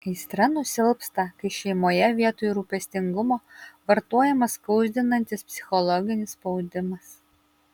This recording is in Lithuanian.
aistra nusilpsta kai šeimoje vietoj rūpestingumo vartojamas skaudinantis psichologinis spaudimas